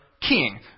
king